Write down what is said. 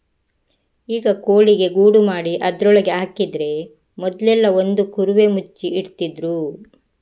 ಈಗ ಕೋಳಿಗೆ ಗೂಡು ಮಾಡಿ ಅದ್ರೊಳಗೆ ಹಾಕಿದ್ರೆ ಮೊದ್ಲೆಲ್ಲಾ ಒಂದು ಕುರುವೆ ಮುಚ್ಚಿ ಇಡ್ತಿದ್ರು